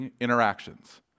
interactions